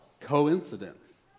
coincidence